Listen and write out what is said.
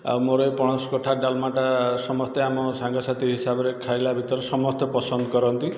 ଆଉ ମୋର ପଣସ କଠା ଡାଲମାଟା ସମସ୍ତେ ଆମ ସାଙ୍ଗସାଥୀ ହିସାବରେ ଖାଇଲା ଭିତରେ ସମସ୍ତେ ପସନ୍ଦ କରନ୍ତି